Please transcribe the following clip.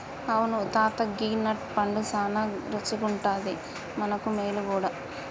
అవును తాత గీ నట్ పండు సానా రుచిగుండాది మనకు మేలు గూడా